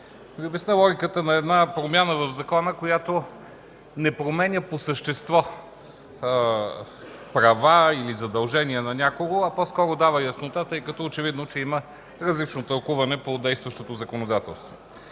Ви обясня логиката на една промяна в закона, която не променя по същество права или задължения на някого, а по-скоро дава яснота, тъй като очевидно, че има различно тълкуване по действащото законодателство.